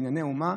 בבנייני האומה,